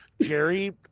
jerry